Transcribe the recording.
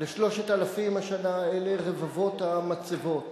ל-3,000 השנה האלה רבבות המצבות,